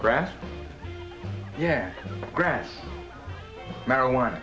graph yeah grass marijuana